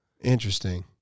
Interesting